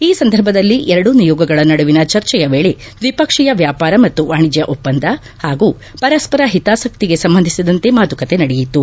ಈ ಸಂದರ್ಭದಲ್ಲಿ ಎರಡೂ ನಿಯೋಗಗಳ ನಡುವಿನ ಚರ್ಚೆಯ ವೇಳೆ ದ್ವಿಪಕ್ಷೀಯ ವ್ಯಾಪಾರ ಮತ್ತು ವಾಣಿಜ್ಯ ಒಪ್ಪಂದ ಹಾಗೂ ಪರಸ್ಪರ ಹಿತಾಸಕ್ತಿಗೆ ಸಂಬಂಧಿಸಿದಂತೆ ಮಾತುಕತೆ ನಡೆಯಿತು